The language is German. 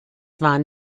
waren